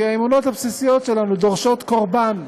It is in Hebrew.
כי האמונות הבסיסיות שלנו דורשות קורבן,